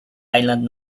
island